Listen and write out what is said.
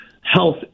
health